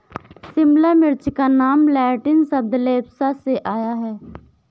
शिमला मिर्च का नाम लैटिन शब्द लेप्सा से आया है